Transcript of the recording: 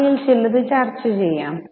അവയിൽ ചിലത് ചർച്ച ചെയ്യാം